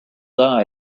die